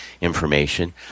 information